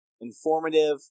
informative